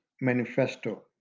Manifesto